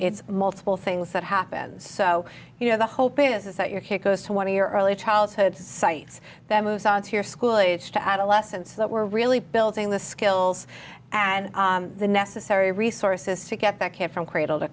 it's multiple things that happen so you know the hope is that your kid goes to one of your early childhood sites that moves on to your school age to adolescence that were really building the skills and the necessary resources to get that care from cradle to